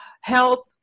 health